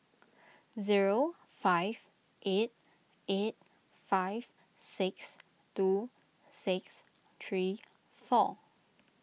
zero five eight eight five six two six three four